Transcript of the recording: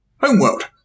Homeworld